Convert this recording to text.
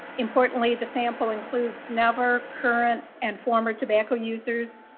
importantly, the sample includes never, current, and former tobacco users,